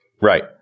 Right